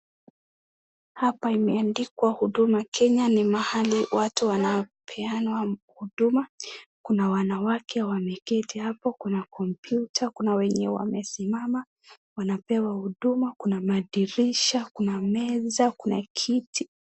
Hapa imeandikwa huduma Kenya ni mahali watu wanapeanwa huduma, kuna wanawake wameketi hapo kuna kompyuta kuna wenye wamesimama wanapewa huduma kuna madirisha kuna meza kuna kiti.